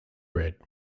bread